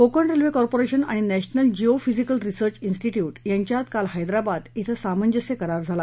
Konkan railway corporation आणि नर्ध्मिल geophysical research institute यांच्यात काल हैदराबाद इथं सामंजस्य करार झाला